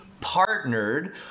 partnered